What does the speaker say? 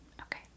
okay